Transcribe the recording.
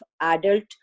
adult